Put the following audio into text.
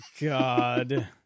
God